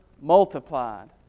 multiplied